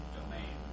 domain